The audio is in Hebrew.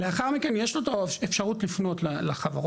לאחר מכן יש לו את אפשרות לפנות לחברות,